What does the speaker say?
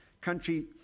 country